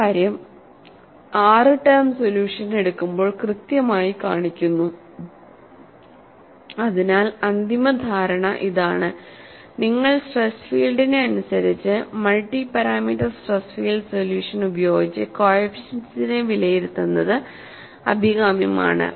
ഈ കാര്യം ആറ് ടേം സൊല്യൂഷൻ എടുക്കുമ്പോൾ കൃത്യമായി കാണിക്കുന്നു അതിനാൽ അന്തിമ ധാരണ ഇതാണ് നിങ്ങൾ സ്ട്രെസ് ഫീൽഡിനെ അനുസരിച്ചു multi parameter stress field solution ഉപയോഗിച്ച് കോഎഫിഷ്യന്റ്സിനെ വിലയിരുത്തുന്നത് അഭികാമ്യമാണ്